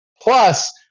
Plus